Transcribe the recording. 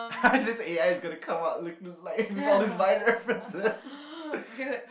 this A_I is gonna come out with like with all these vine references